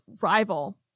rival